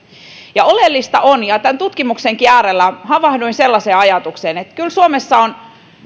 ja oleellista on ja tämän tutkimuksenkin äärellä havahduin sellaiseen ajatukseen että kyllä suomessa on